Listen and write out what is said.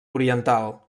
oriental